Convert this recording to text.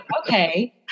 okay